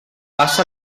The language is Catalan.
passa